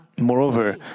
moreover